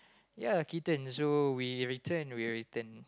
ya kitten so we return we'll return